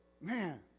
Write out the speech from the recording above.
Man